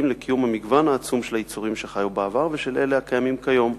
לקיום המגוון העצום של היצורים שחיו בעבר ושל אלה הקיימים כיום.